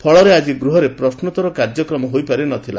ଫଳରେ ଆକି ଗୃହରେ ପ୍ରଶ୍ନୋତ୍ତର କାର୍ଯ୍ୟକ୍ରମ ହୋଇପାରିନଥିଲା